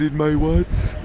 my watch,